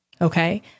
Okay